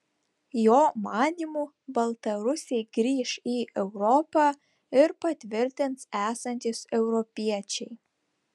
jo manymu baltarusiai grįš į europą ir patvirtins esantys europiečiai